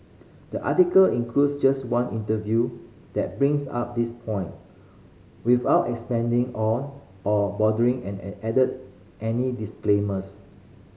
the article includes just one interview that brings up this point without expanding on or bothering an add any disclaimers